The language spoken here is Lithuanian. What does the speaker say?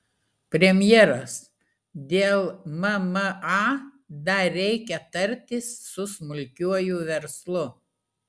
premjeras dėl mma dar reikia tartis su smulkiuoju verslu